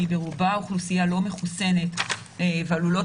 שהיא ברובה אוכלוסייה לא מחוסנת ועלולים